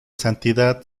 santidad